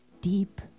deep